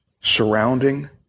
surrounding